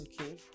Okay